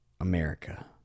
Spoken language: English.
America